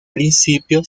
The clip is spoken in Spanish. principio